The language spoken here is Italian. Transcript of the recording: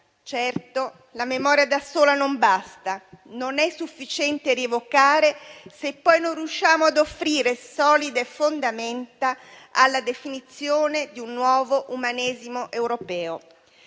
Certo la memoria da sola non basta, non è sufficiente rievocare se poi non riusciamo ad offrire solide fondamenta alla definizione di un nuovo umanesimo europeo.